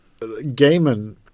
Gaiman